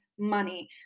money